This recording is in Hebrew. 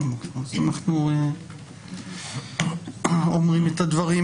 אנחנו אומרים את הדברים